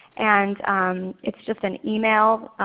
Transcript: and it's just an email,